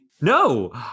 No